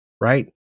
right